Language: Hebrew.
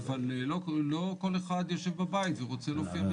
אבל לא כל אחד יושב בבית ורוצה להופיע בזום.